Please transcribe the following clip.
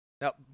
Now